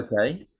okay